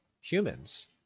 humans